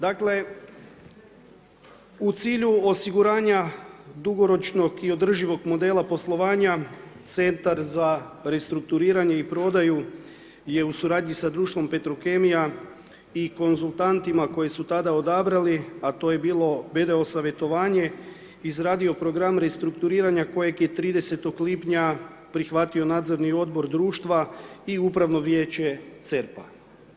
Dakle, u cilju osiguranja dugoročnog i održivog modela poslovanja Centar za restrukturiranje i prodaju je u suradnji sa društvom Petrokemija i konzultantima koje su tada odabrali, a to je bilo BDO savjetovanje izradio program restrukturiranja kojeg je 30. lipnja prihvatio nadzorni odbor društva i Upravno vijeće CERP-a.